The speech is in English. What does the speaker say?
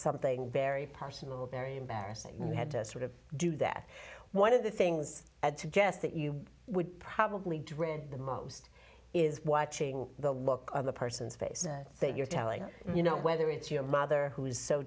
something very personal very embarrassing and we had to sort of do that one of the things i'd suggest that you would probably dread the most is watching the look on the person's face saying you're telling you know whether it's your mother who is so